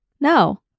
No